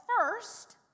first